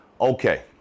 Okay